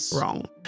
wrong